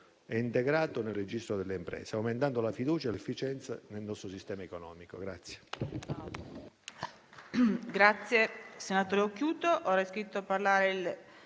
e integrato nel registro delle imprese, aumentando la fiducia e l'efficienza nel nostro sistema economico.